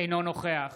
אינו נוכח